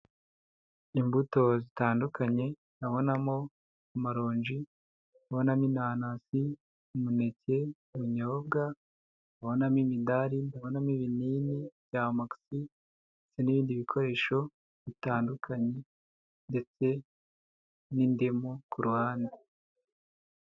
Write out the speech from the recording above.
Imbuto zitandukanye ndabonamo amaronji, ndabonamo inanasi, umuneke, ubunyobwa ndabonamo imidari, ndabonamo ibinini bya amogisi ndetse n'ibindi bikoresho bitandukanye ndetse n'indimu ku ruhande.